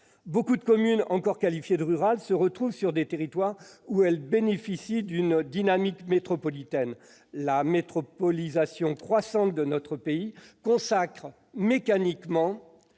beaucoup de communes encore qualifiées de rurales se trouvent sur des territoires où elles bénéficient d'une dynamique métropolitaine. Ce phénomène croissant de métropolisation entraîne mécaniquement,